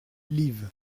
liv